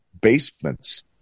basements